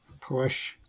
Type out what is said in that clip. Push